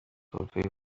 فاطمه